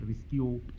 rescue